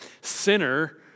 sinner